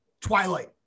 Twilight